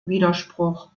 widerspruch